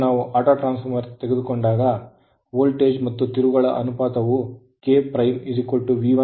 ಈಗ ನಾವು auto transformer ತೆಗೆದುಕೊಂಡಾಗ ಅದರ ವೋಲ್ಟೇಜ್ ಮತ್ತು ತಿರುವುಗಳ ಅನುಪಾತವು KV1V2N1N21 ಆಗಿರುತ್ತದೆ